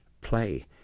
play